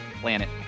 Planet